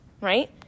right